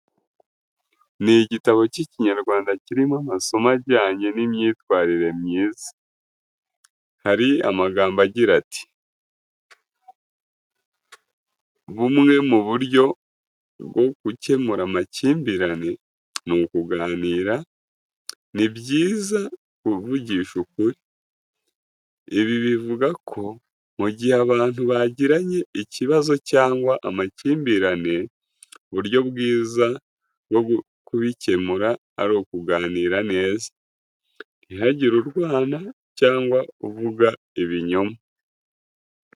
Ni igitabo cy'Ikinyarwanda kirimo amasomo ajyanye n’imyitwarire myiza. Hari amagambo agira ati:"Bumwe mu buryo bwo gukemura amakimbirane ni ukuganira, ni byiza kuvugisha ukuri." Ibi bivuga ko mu gihe abantu bagiranye ikibazo cyangwa amakimbirane, uburyo bwiza bwo kubikemura ari ukuganira neza, ntihagire urwana cyangwa uvuga ibinyoma.